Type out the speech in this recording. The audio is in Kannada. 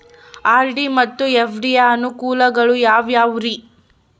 ಆರ್.ಡಿ ಮತ್ತು ಎಫ್.ಡಿ ಯ ಅನುಕೂಲಗಳು ಯಾವ್ಯಾವುರಿ?